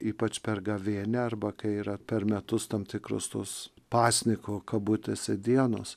ypač per gavėnią arba kai yra per metus tam tikrus tuos pasniko kabutėse dienos